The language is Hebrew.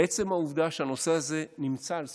עצם העובדה שהנושא הזה נמצא על סדר-היום,